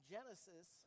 Genesis